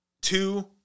Two